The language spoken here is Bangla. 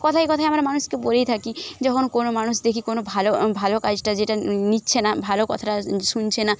কথায় কথায় আমরা মানুষকে বলেই থাকি যখন কোনো মানুষ দেখি কোনো ভালো ভালো কাজটা যেটা নিচ্ছে না ভালো কথাটা শুনছে না